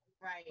Right